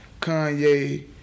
Kanye